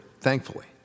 thankfully